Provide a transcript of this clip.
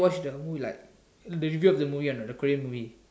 watch the who like the repeat of the movie or not the Korean movie